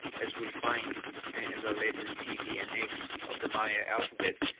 as we find in the letters pp and x of the maya alphabet,